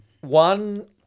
One